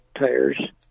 tires